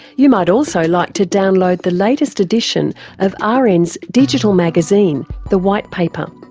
you might also like to download the latest edition of ah rn's digital magazine, the white paper.